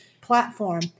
platform